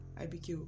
Ibq